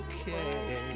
okay